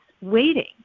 waiting